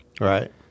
Right